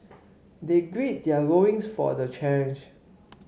they grid their loins for the challenge